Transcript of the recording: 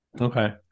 Okay